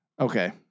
Okay